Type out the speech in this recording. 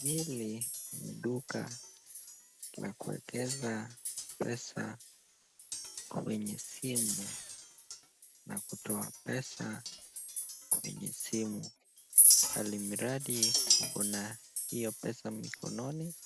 Hili ni duka la kuekeza pesa kwenye simu na kutoa pesa kwenye simu. Almuradi ukona iyo pesa mikononi